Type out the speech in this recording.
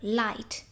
light